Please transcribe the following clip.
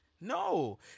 No